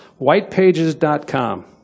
Whitepages.com